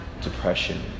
depression